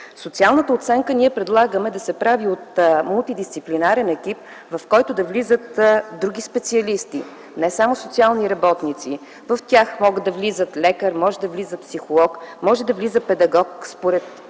социалната оценка да се прави от мултидисциплинарен екип, в който да влизат други специалисти, не само социални работници. В тях може да влиза лекар, може да влиза психолог, може да влиза педагог, според